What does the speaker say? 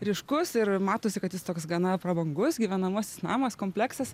ryškus ir matosi kad jis toks gana prabangus gyvenamasis namas kompleksas